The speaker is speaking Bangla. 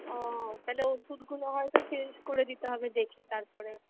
ও তাহলে ওষুধগুলো হয়তো শেষ করে দিতে হবে দেখে তারপরে